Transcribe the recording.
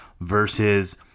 versus